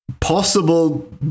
possible